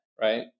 right